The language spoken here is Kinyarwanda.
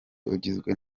ugizwe